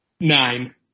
Nine